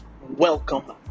Welcome